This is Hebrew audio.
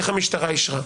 איך המשטרה אישרה?